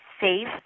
save